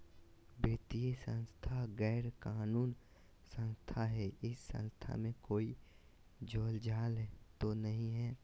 वित्तीय संस्था गैर कानूनी संस्था है इस संस्था में कोई झोलझाल तो नहीं है?